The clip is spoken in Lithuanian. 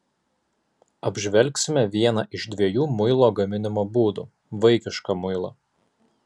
apžvelgsime vieną iš dviejų muilo gaminimo būdų vaikišką muilą